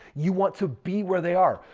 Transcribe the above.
you want to be where they are.